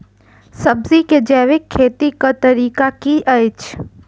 सब्जी केँ जैविक खेती कऽ तरीका की अछि?